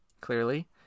clearly